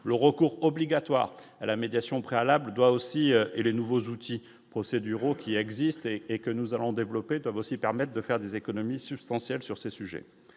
le recours obligatoire à la médiation préalable doit aussi et les nouveaux outils procéduraux qui existé et que nous allons développer Davos aussi permettent de faire des économies substantielles sur ce sujet,